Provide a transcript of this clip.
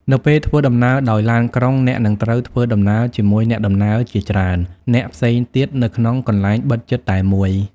នៅពេលធ្វើដំណើរដោយឡានក្រុង អ្នកនឹងត្រូវ ធ្វើដំណើរជាមួយអ្នកដំណើរជាច្រើន នាក់ផ្សេងទៀតនៅក្នុងកន្លែងបិទជិតតែមួយ។